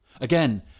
again